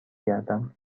گردم